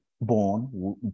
born